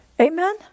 Amen